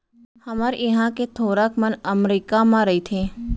हमर इहॉं के थोरक मन अमरीका म रइथें